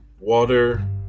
water